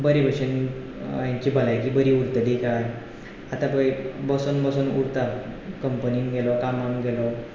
बरे भशेन हांची भलायकी बरी उरतली काय आतां पळय बसून बसून उरता कंपनींत गेलो कामाक गेलो